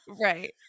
Right